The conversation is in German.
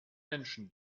menschen